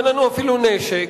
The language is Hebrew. אין לנו אפילו נשק,